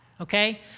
Okay